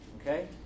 okay